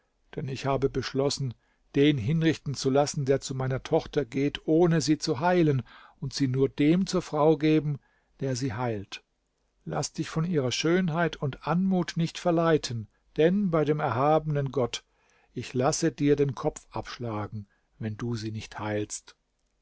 denn ich habe beschlossen den hinrichten zu lassen der zu meiner tochter geht ohne sie zu heilen und sie nur dem zur frau geben der sie heilt laß dich von ihrer schönheit und anmut nicht verleiten denn bei dem erhabenen gott ich lasse dir den kopf abschlagen wenn du sie nicht heilst